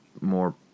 more